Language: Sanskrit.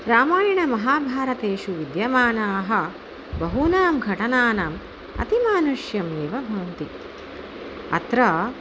रामायणमहाभारतेषु विद्यमानाः बहूनां घटनानाम् अतिमानुष्यम् एव भवति अत्र